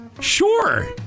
Sure